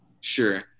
sure